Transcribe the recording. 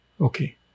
Okay